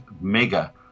mega